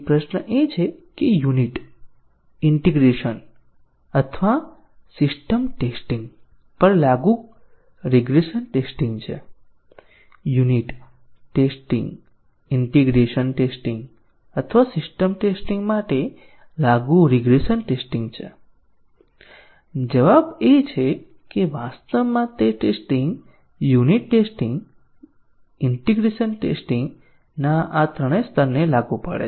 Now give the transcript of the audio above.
પ્રશ્ન એ છે કે યુનિટ ઈન્ટીગ્રેશન અથવા સિસ્ટમ ટેસ્ટીંગ પર લાગુ રીગ્રેસન ટેસ્ટીંગ છે યુનિટ ટેસ્ટીંગ ઈન્ટીગ્રેશન ટેસ્ટીંગ અથવા સિસ્ટમ ટેસ્ટીંગ માટે લાગુ રીગ્રેસન ટેસ્ટીંગ છે જવાબ એ છે કે વાસ્તવમાં તે testing unit testing integration testing ના આ ત્રણેય સ્તરને લાગુ પડે છે